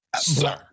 Sir